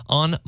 on